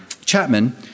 Chapman